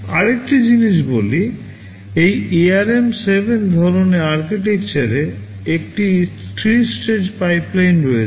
আর একটি জিনিস বলি এই ARM 7 ধরণের আর্কিটেকচারে একটি 3 স্টেজ পাইপলাইন রয়েছে